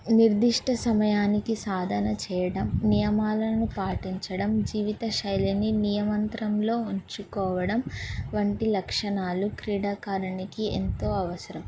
నిర్దిష్ట సమయానికి సాధన చేయడం నియమాలను పాటించడం జీవిత శైలిని నియమంత్రంలో ఉంచుకోవడం వంటి లక్షణాలు క్రీడాకారునికి ఎంతో అవసరం